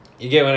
ya